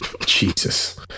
Jesus